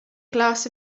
glass